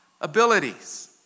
abilities